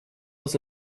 was